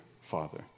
father